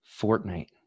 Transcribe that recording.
Fortnite